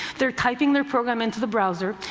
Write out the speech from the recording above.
they're typing their program into the browser,